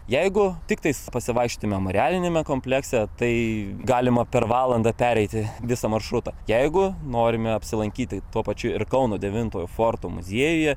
jeigu tiktai pasivaikščioti memorialiniame komplekse tai galima per valandą pereiti visą maršrutą jeigu norime apsilankyti tuo pačiu ir kauno devintojo forto muziejuje